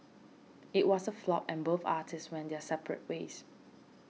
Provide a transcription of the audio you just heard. it was a flop and both artists went their separate ways